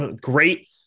great